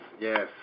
yes